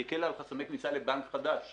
היא הקלה על חסמי כניסה לבנק חדש.